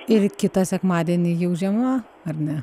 ir kitą sekmadienį jau žiema ar ne